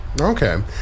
Okay